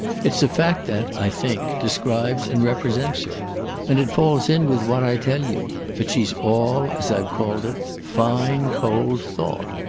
it's a fact that, i think, describes and represents her and it falls in with what i tell you that she's all, as i've called it, fine cold thought.